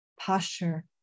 posture